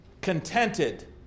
contented